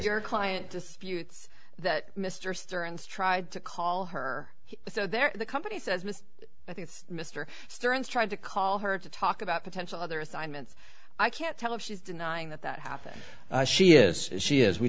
your client disputes that mr stern's tried to call her so there the company says i think mr stern's tried to call her to talk about potential other assignments i can't tell if she's denying that that happened she is she is we